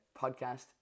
podcast